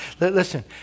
listen